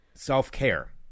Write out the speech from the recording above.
Self-care